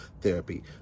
therapy